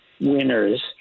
winners